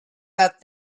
that